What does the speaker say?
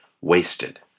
wasted